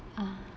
ah